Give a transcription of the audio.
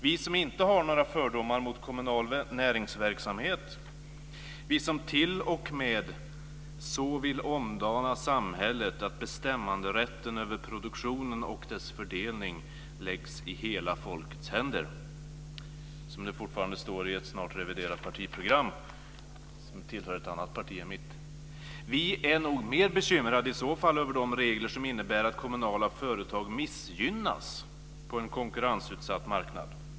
Vi som inte har några fördomar mot kommunal näringsverksamhet, vi som t.o.m. så vill omdana samhället att bestämmanderätten över produktionen och dess fördelning läggs i hela folkets händer, som det fortfarande står i ett snart reviderat partiprogram som tillhör ett annat parti än mitt, är nog mer bekymrade över de regler som innebär att kommunala företag missgynnas på en konkurrensutsatt marknad.